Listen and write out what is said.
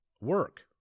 work